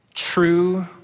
True